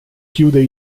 chiude